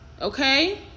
Okay